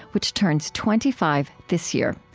which turns twenty five this year.